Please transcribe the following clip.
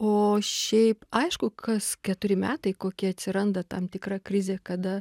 o šiaip aišku kas keturi metai kokie atsiranda tam tikra krizė kada